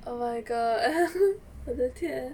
oh my god 我的天